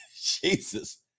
jesus